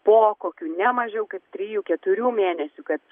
po kokių ne mažiau kaip trijų keturių mėnesių kad